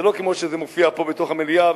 זה לא כמו שזה מופיע פה בתוך המליאה.